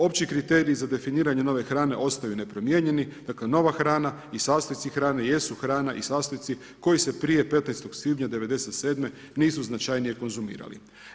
Opći kriteriji za definiranje nove hrane ostaju nepromijenjeni, dakle nova hrana i sastojci hrane jesu hrana i sastojci koji se prije 15. svibnja '97. nisu značajnije konzumirali.